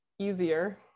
easier